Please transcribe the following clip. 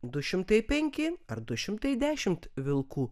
du šimtai penki ar du šimtai dešimt vilkų